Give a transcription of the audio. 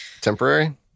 temporary